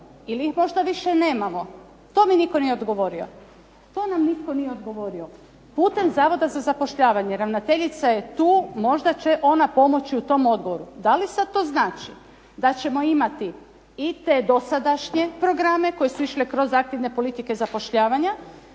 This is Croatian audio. ili ih možda više nemamo. To mi nitko nije odgovorio. To nam nitko nije odgovorio. Putem Zavoda za zapošljavanje, ravnateljica je tu, možda je ona pomoći u tom odgovoru. Da li sad to znači da ćemo imati i te dosadašnje programe koji su išli kroz aktivne politike zapošljavanja